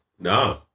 No